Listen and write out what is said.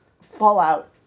fallout